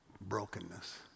brokenness